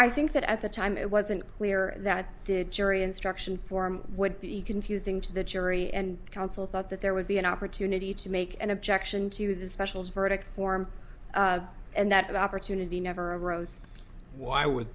i think that at the time it wasn't clear that the jury instruction form would be confusing to the jury and counsel thought that there would be an opportunity to make an objection to the specials verdict form and that opportunity never rose why would